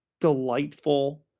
delightful